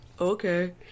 okay